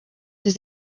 his